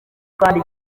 kandi